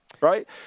right